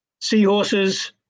seahorses